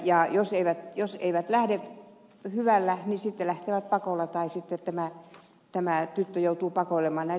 ja jos he eivät lähde hyvällä niin sitten lähtevät pakolla tai sitten tämä tyttö joutuu pakoilemaan